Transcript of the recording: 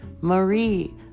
Marie